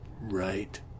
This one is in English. Right